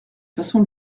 façon